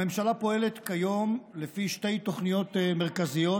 הממשלה פועלת כיום לפי שתי תוכניות מרכזיות,